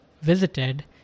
visited